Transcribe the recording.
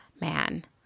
Man